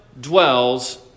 dwells